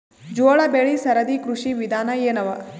ಜೋಳ ಬೆಳಿ ಸರದಿ ಕೃಷಿ ವಿಧಾನ ಎನವ?